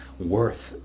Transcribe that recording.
worth